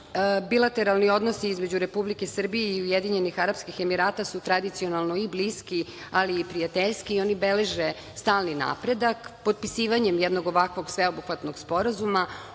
Bilateralni odnosi između Republike Srbije i Ujedinjenih Arapskih Emirata su tradicionalno i bliski, ali i prijateljski i beleže stalni napredak. Potpisivanjem jednog ovakvog Sveobuhvatnog sporazuma